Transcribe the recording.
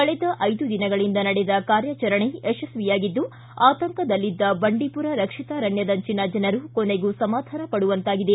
ಕಳೆದ ಐದು ದಿನಗಳಿಂದ ನಡೆದ ಕಾರ್ಯಾಚರಣೆ ಯಶಸ್ವಿಯಾಗಿದ್ದು ಆತಂಕದಲ್ಲಿದ್ದ ಬಂಡೀಪುರ ರಕ್ಷಿತಾರಣ್ಯದಂಚಿನ ಜನರು ಕೊನೆಗೂ ಸಮಾಧಾನ ಪಡುವಂತಾಗಿದೆ